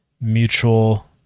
mutual